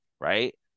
right